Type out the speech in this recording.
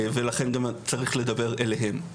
ולכן גם צריך לדבר אליהם,